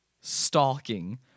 stalking